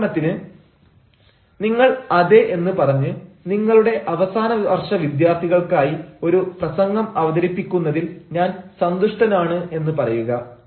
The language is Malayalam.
ഉദാഹരണത്തിന് നിങ്ങൾ അതെ എന്ന് പറഞ്ഞ് നിങ്ങളുടെ അവസാന വർഷ വിദ്യാർഥികൾക്കായി ഒരു പ്രസംഗം അവതരിപ്പിക്കുന്നതിൽ ഞാൻ സന്തുഷ്ടനാണ്' എന്ന് പറയുക